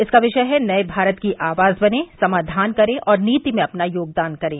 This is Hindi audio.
इसका विषय है नए भारत की आवाज बने समाधान करें और नीति में अपना योगदान करें